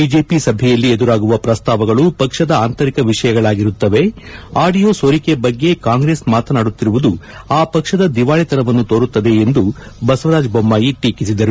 BJP ಸಭೆಯಲ್ಲಿ ಎದುರಾಗುವ ಪ್ರಸ್ತಾವಗಳು ಪಕ್ಷದ ಆಂತರಿಕ ವಿಷಯಗಳಾಗಿರುತ್ತವೆ ಆಡಿಯೊ ಸೋರಿಕೆ ಬಗ್ಗೆ ಕಾಂಗ್ರೆಸ್ ಮಾತನಾಡುತ್ತಿರುವುದು ಆ ಪಕ್ಷದ ದಿವಾಳಿತನವನ್ನು ತೋರುತ್ತದೆ ಎಂದು ಬಸವರಾಜ ಬೊಮ್ನಾಯಿ ಟೀಕಿಸಿದರು